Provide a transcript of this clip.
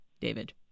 David